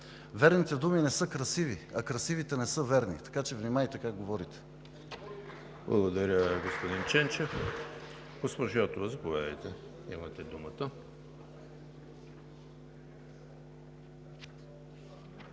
верните думи не са красиви, а красивите не са верни. Така че внимавайте как говорите.